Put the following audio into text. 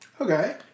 Okay